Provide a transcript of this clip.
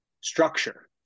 structure